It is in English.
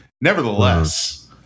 Nevertheless